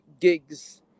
gigs